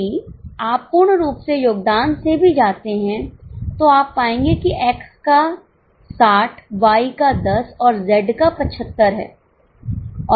यदि आप पूर्ण रूप से योगदान से भी जाते हैं तो आप पाएंगे कि X का 60 Y का 10 और Z का 75 है